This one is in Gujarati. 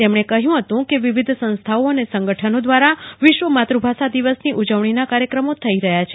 તેમણે કહ્યું હતું કે વિવિધ સંસ્થીઓ એને સંગઠનો દ્વારા વિશ્વ માતૃભોષા દિવસની ઉજવણીના કાર્યક્રમો થઇ રહ્યા છે